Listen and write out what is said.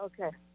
Okay